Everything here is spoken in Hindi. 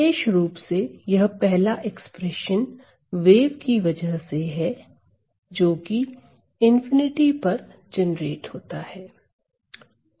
विशेष रुप से यह पहला एक्सप्रेशन वेव की वजह से है जो कि ∞ पर जनरेट होता है